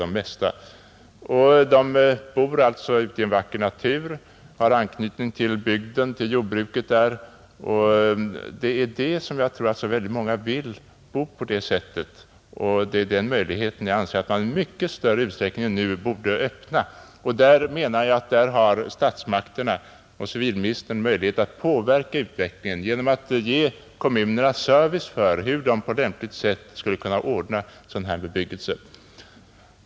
De bor Nr 100 alltså ute i en vacker natur och har anknytning till bygden och dess M å é Fredagen den jordbruk. Jag tror att många vill bo just på det sättet och jag anser att 28 maj 1971 man i mycket större utsträckning än man nu gör borde öppna möjligheter därtill. På den punkten borde statsmakterna och civilministern kunna påverka utvecklingen genom att ge kommunerna upplysningar om hur de på lämpligt sätt skulle ordna sådan här bebyggelse.